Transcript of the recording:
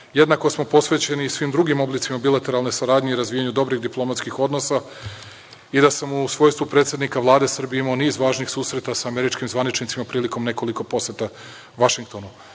smo posvećeni i svim drugim oblicima bilateralne saradnje i razvijanju dobrih diplomatskih odnosa i da sam u svojstvu predsednika Vlade Srbije imao niz važnih susreta sa američkim zvaničnicima prilikom nekoliko poseta Vašingtonu. Sa